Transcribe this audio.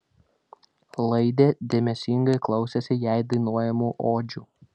laidė dėmesingai klausėsi jai dainuojamų odžių